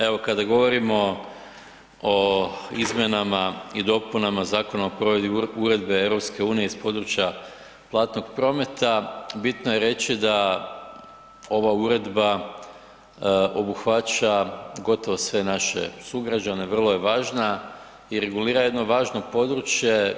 Evo kada govorimo o izmjenama i dopunama Zakona o provedbi uredbe EU iz područja platnog prometa bitno je reći da ova uredba obuhvaća gotovo sve naše sugrađane, vrlo je važna i regulira jedno vrlo važno područje.